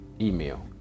email